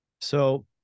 So-